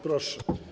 Proszę.